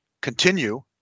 continue